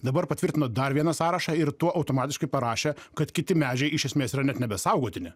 dabar patvirtino dar vieną sąrašą ir tuo automatiškai parašė kad kiti medžiai iš esmės yra net nebe saugotini